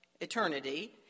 eternity